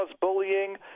bullying